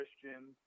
Christian